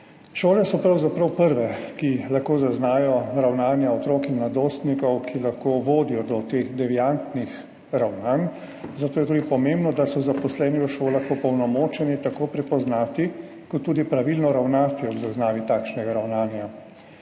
Šole so pravzaprav prve, ki lahko zaznajo ravnanja otrok in mladostnikov, ki lahko vodijo do teh deviantnih ravnanj, zato je tudi pomembno, da so zaposleni v šolah opolnomočeni tako prepoznati kot tudi pravilno ravnati ob zaznavi takšnega ravnanja.